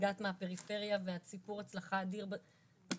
הגעת מהפריפריה ואת סיפור הצלחה אדיר בצבא.